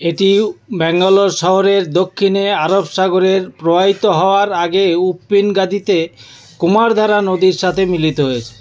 এটি ম্যাঙ্গালোর শহরের দক্ষিণে আরব সাগরের প্রবাহিত হওয়ার আগে উপ্পিনগাদিতে কুমারধারা নদীর সাথে মিলিত হয়েছে